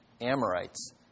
Amorites